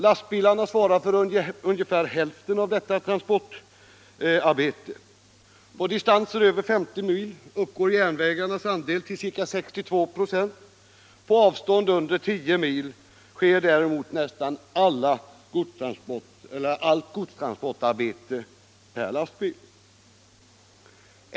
Lastbilarna svarar för ungefär hälften av detta transportarbete. På distanser över 50 mil uppgår järnvägarnas andel till ca 62 26. På avstånd under 10 mil sker däremot nästan allt godstransportarbete per lastbil.